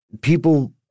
people